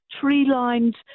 tree-lined